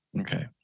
Okay